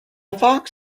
fox